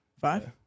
Five